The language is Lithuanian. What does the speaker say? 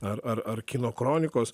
ar ar ar kino kronikos